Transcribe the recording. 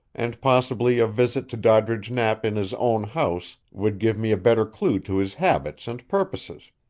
and possibly a visit to doddridge knapp in his own house would give me a better clue to his habits and purposes,